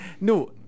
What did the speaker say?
No